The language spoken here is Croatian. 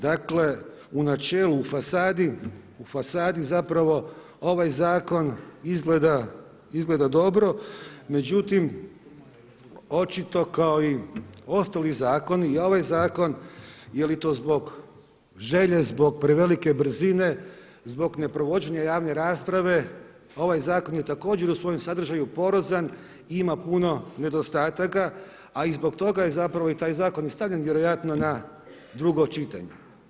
Dakle u načelu u fasadi ovaj zakon izgleda dobro, međutim očito kao i ostali zakon i ovaj zakon jeli to zbog želje, zbog prevelika brzine, zbog neprovođenja javne rasprave ovaj zakon je također u svojem sadržaju porazan i ima puno nedostataka, a zbog toga je i taj zakon stavljen vjerojatno na drugo čitanje.